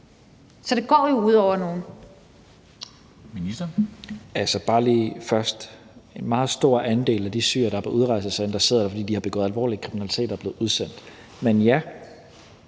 (Mattias Tesfaye): Altså bare lige først: En meget stor andel af de syrere, der er på udrejsecenter, sidder der, fordi de har begået alvorlig kriminalitet og er blevet udsendt. Men ja,